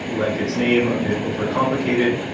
like its name, a bit overcomplicated.